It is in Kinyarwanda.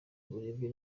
urebye